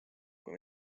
kui